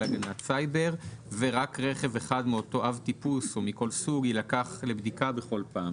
הגנת סייבר ורק רכב אחד מאותו אב טיפוס או מכל סוג יילקח לבדיקה בכל פעם.